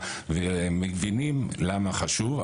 והם מבינים למה חשוב,